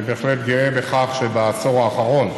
אני בהחלט גאה בכך שבעשור האחרון,